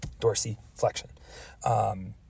dorsiflexion